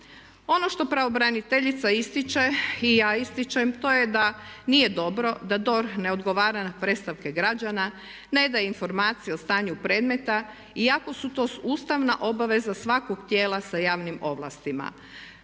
Ono što pravobraniteljica ističe i ja ističem to je da nije dobro da DORH ne odgovara na predstavke građana, ne daje informacije o stanju predmeta iako su to ustavna obaveza svakog tijela sa javnim ovlastima.